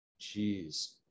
jeez